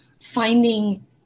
finding